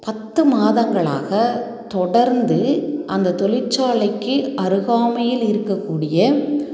பத்து மாதங்களாக தொடர்ந்து அந்த தொழிற்சாலைக்கு அருகாமையில் இருக்கக்கூடிய